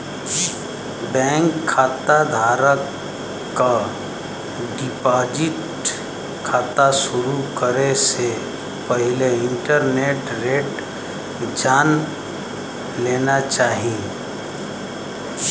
bank खाता धारक क डिपाजिट खाता शुरू करे से पहिले इंटरेस्ट रेट जान लेना चाही